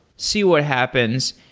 see what happens.